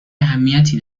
اهمیتی